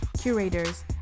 curators